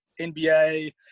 NBA